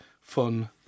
fun